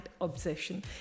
obsession